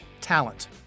talent